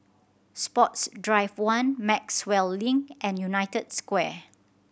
Sports Drive One Maxwell Link and United Square